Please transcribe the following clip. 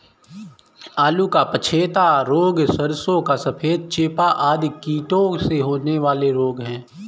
आलू का पछेता रोग, सरसों का सफेद चेपा आदि कीटों से होने वाले रोग हैं